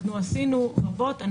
עשינו רבות.